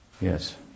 Yes